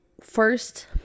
First